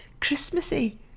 Christmassy